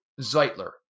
Zeitler